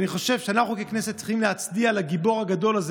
כי אני חושב שאנחנו ככנסת צריכים להצדיע לגיבור הגדול הזה,